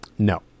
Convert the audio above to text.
No